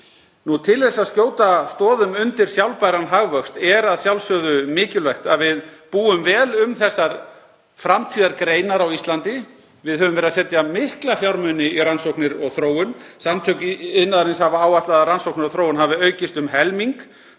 efni. Til að skjóta stoðum undir sjálfbæran hagvöxt er að sjálfsögðu mikilvægt að við búum vel um framtíðargreinarnar á Íslandi. Við höfum sett mikla fjármuni í rannsóknir og þróun. Samtök iðnaðarins hafa áætlað að rannsóknir og þróun hafi aukist um helming